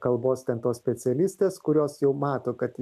kalbos kad tos specialistės kurios jau mato kad